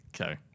Okay